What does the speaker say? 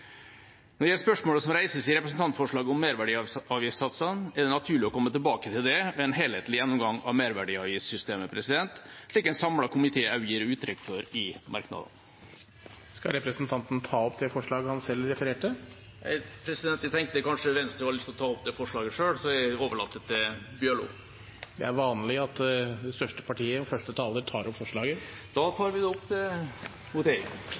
Når det gjelder spørsmålet som reises i representantforslaget om merverdiavgiftssatsene, er det naturlig å komme tilbake til det ved en helhetlig gjennomgang av merverdiavgiftssystemet, slik en samlet komité også gir uttrykk for i merknadene. Jeg tar opp forslaget Høyre er en del av. Representanten Helge Orten har tatt opp det forslaget han refererte til. Vi har vært gjennom tøffe tak med pandemien de to siste årene. Det har vært tøft for enkeltpersoner, for barn og